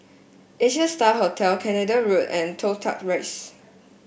Asia Star Hotel Canada Road and Toh Tuck Rise